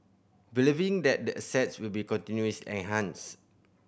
believing that the assets will be continuous enhanced